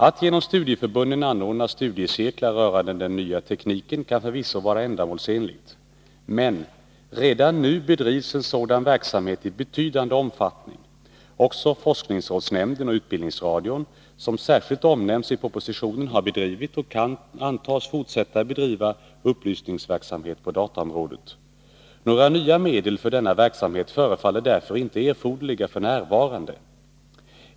Att genom studieförbunden anordna studiecirklar rörande den nya tekniken kan förvisso vara ändamålsenligt. Men redan nu bedrivs en sådan verksamhet i betydande omfattning. Också forskningsrådsnämnden och utbildningsradion, som särskilt omnämns i propositionen, har bedrivit och kan antas fortsätta bedriva upplysningsverksamhet på dataområdet. Några nya medel för denna verksamhet förefaller därför inte erforderliga f.n.